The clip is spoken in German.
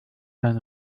herrn